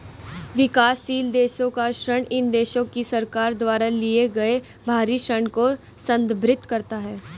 विकासशील देशों का ऋण इन देशों की सरकार द्वारा लिए गए बाहरी ऋण को संदर्भित करता है